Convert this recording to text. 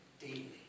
daily